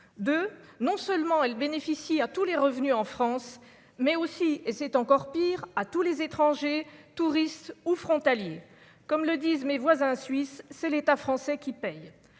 de non seulement elle bénéficie à tous les revenus en France, mais aussi, et c'est encore pire à tous les étrangers, touristes ou frontaliers comme le disent mes voisins suisses c'est l'État français qui paye